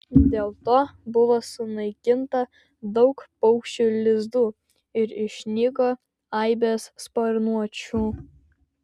dėl to buvo sunaikinta daug paukščių lizdų ir išnyko aibės sparnuočių